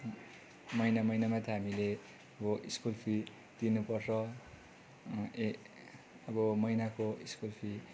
महिना महिनामा त हामीले अब स्कुल फी तिर्नुपर्छ ए अब महिनाको स्कुल फी